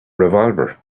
revolver